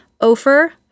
Ofer